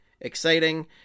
exciting